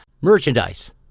merchandise